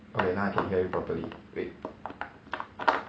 okay now I can hear you properly wait